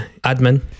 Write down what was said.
admin